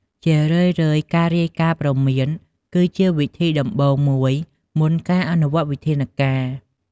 ជារឿយៗ ការរាយការណ៍ព្រមានគឺជាវិធីដំបូងមួយ មុនការអនុវត្តន៍វិធានការ។